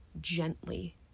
gently